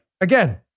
Again